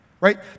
right